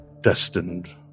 Destined